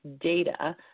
data